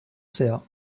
sehr